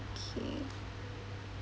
okay